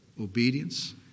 obedience